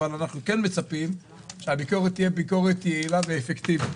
אבל אנחנו מצפים שהביקורת תהיה ביקורת יעילה ואפקטיבית.